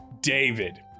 David